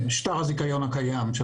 שטר הזיכיון הקיים.